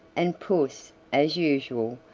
and puss, as usual,